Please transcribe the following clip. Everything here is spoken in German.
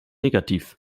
negativ